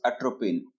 atropine